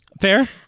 Fair